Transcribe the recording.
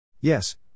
Yes